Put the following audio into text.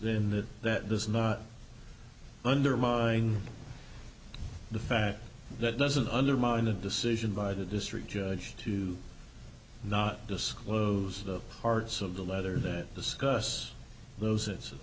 in that that does not undermine the fact that doesn't undermine the decision by the district judge to not disclose the parts of the letter that discuss those i